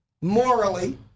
morally